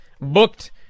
booked